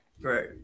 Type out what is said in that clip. Right